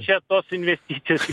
čia tos investicijos